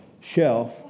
shelf